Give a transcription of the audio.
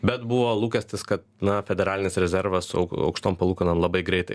bet buvo lūkestis kad na federalinis rezervas su aukštom palūkanom labai greitai